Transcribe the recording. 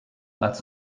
als